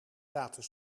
zaten